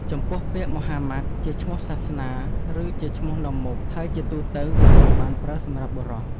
ចំពោះពាក្យម៉ូហាម៉ាត់ ជាឈ្មោះសាសនា ឬជាឈ្មោះនាំមុខ ហើយជាទូទៅវាត្រូវបានប្រើសម្រាប់បុរស។